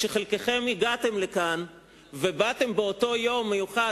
כשחלקכם הגעתם לכאן ובאתם באותו יום מיוחד,